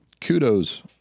kudos